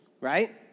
right